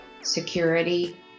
security